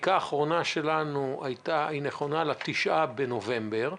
הבדיקה האחרונה שלהם נכונה ל-9 בנובמבר,